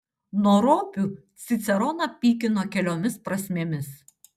nuo ropių ciceroną pykino keliomis prasmėmis